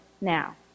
now